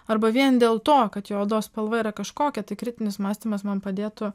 arba vien dėl to kad jo odos spalva yra kažkokia tai kritinis mąstymas man padėtų